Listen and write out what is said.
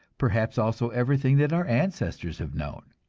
perhaps also everything that our ancestors have known.